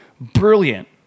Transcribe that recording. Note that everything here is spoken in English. brilliant